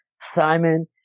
Simon